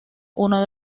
uno